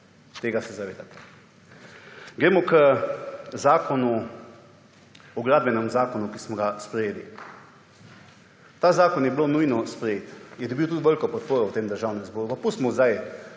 tega se zavedate. Gremo k Gradbenem zakonu, ki smo ga sprejeli. Ta zakon je bilo nujno sprejeti. Je dobil tudi veliko podporo v tem Državnem zboru. Pustimo sedaj